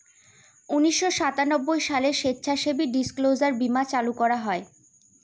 উনিশশো সাতানব্বই সালে স্বেচ্ছাসেবী ডিসক্লোজার বীমা চালু করা হয়